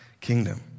Kingdom